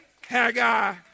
Haggai